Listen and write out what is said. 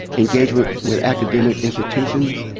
engagement with academic institutions,